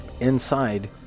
Inside